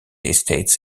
estates